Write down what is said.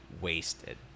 wasted